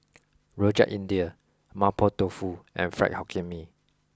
Rojak India Mapo Tofu and Fried Hokkien Mee